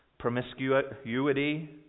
promiscuity